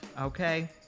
okay